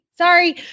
Sorry